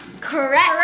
Correct